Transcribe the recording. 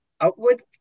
outward